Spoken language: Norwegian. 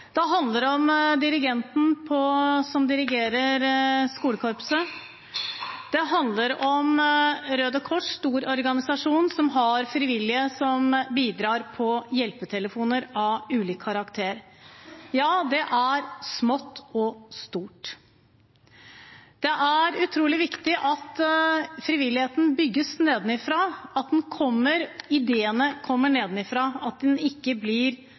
Det handler om dirigenten som dirigerer skolekorpset. Det handler om Røde Kors – en stor organisasjon som har frivillige som bidrar på hjelpetelefoner av ulik karakter. Ja, det er smått og stort. Det er utrolig viktig at frivilligheten bygges nedenfra, at ideene kommer nedenfra, at frivilligheten ikke blir